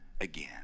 again